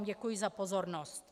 Děkuji vám za pozornost.